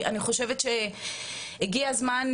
אני חושבת שהגיע הזמן,